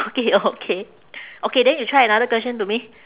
okay okay okay then you try another question to me